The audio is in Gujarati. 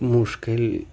મુશ્કેલ